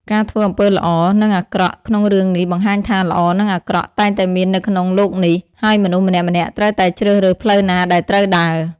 ការធ្វើអំពើល្អ និងអាក្រក់ក្នុងរឿងនេះបង្ហាញថា ល្អ និងអាក្រក់ តែងតែមាននៅក្នុងលោកនេះ ហើយមនុស្សម្នាក់ៗត្រូវតែជ្រើសរើសផ្លូវណាដែលត្រូវដើរ ។